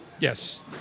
Yes